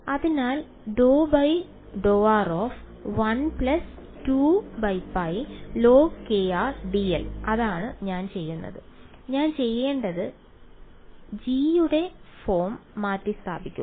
അതിനാൽ ∂∂r 1 2πlog dl അതാണ് ഞാൻ ചെയ്യേണ്ടത് G യുടെ ഫോം മാറ്റിസ്ഥാപിച്ചു